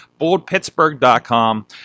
BoldPittsburgh.com